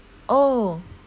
oh